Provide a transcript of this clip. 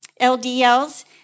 LDLs